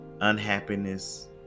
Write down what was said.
unhappiness